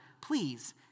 Please